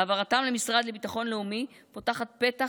העברתן למשרד לביטחון לאומי פותחת פתח